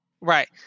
Right